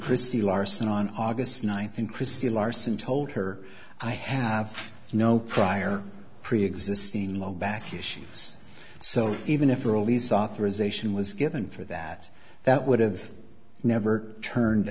christy larson on august ninth in chrissy larson told her i have no prior preexisting low bass issues so even if the release authorization was given for that that would have never turned